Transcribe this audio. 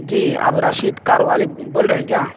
جی آپ رشید کار والے بول رہے ہیں کیا